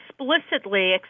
explicitly